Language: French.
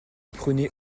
prenez